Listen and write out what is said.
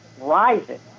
rising